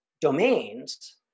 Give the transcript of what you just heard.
domains